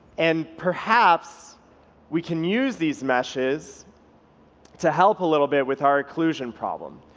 and perhaps we can use these meshes to help a little bit with our occlusion problem.